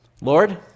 Lord